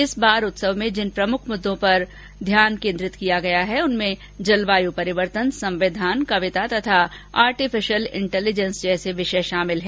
इस बार उत्सव जिन प्रमुख मुद्दों पर केन्द्रित है उनमें जलवायूपरिवर्तन संविधान कविता तथा आर्टिफिशियल इंटेलिजेंस जैसे विषय शामिल हैं